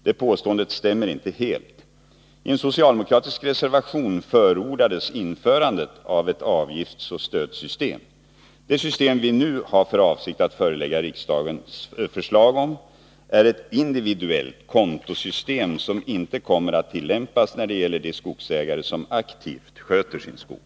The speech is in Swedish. Det påståendet stämmer inte helt. I en socialdemokratisk reservation förordades införandet av ett avgiftsoch stödsystem. Det system vi nu har för avsikt att förelägga riksdagen förslag om är ett individuellt kontosystem, som inte kommer att tillämpas när det gäller de skogsägare som aktivt sköter sin skog.